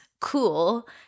cool